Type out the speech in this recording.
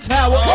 Tower